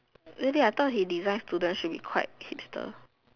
really I thought he design student should be quite hipster